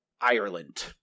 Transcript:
Ireland